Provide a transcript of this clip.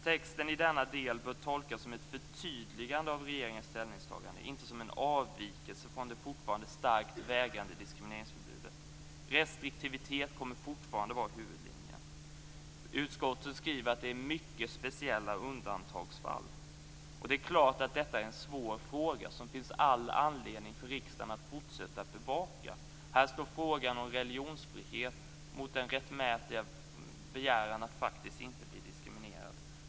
Texten i denna del bör tolkas som ett förtydligande av regeringens ställningstagande och inte som en avvikelse från det fortfarande starkt vägande diskrimineringsförbudet. Restriktivitet kommer fortfarande att vara huvudlinjen. Utskottet skriver att det handlar om mycket speciella undantagsfall. Det är klart att detta är en svår fråga som det finns all anledning för riksdagen att fortsätta att bevaka. Här står frågan om religionsfrihet mot den rättmätiga begäran att faktiskt inte bli diskriminerad.